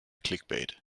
clickbait